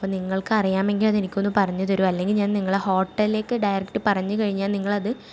അപ്പം നിങ്ങൾക്ക് അറിയാമെങ്കിൽ അതെനിക്കൊന്നു പറഞ്ഞു തരുമോ അല്ലെങ്കിൽ ഞാൻ നിങ്ങളെ ഹോട്ടലിലേക്ക് ഡയറക്റ്റ് പറഞ്ഞു കഴിഞ്ഞാൽ നിങ്ങളത്